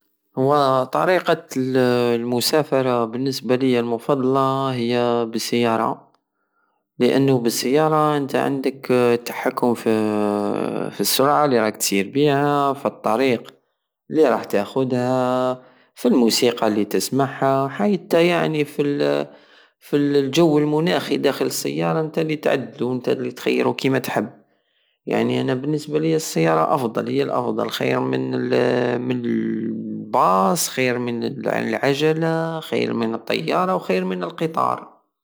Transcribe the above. هو طريقة المسافرة بالنسبة لية المفضلة هي بالسيارة لأنو بالسيارة نتى عندك التحطم فالسرعة الي راك تسير بيها فالطريق الي راح تاخدها فالموسيقى الي تسمعها وحتى يعني فال- فالجو المناخي في داخل السيارة نتى لي تعدلو نتى لي تخيرو كيما تحب